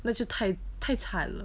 那就太太惨了